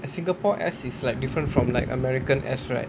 singapore S is different from like american S right